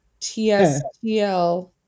TSTL